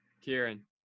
Kieran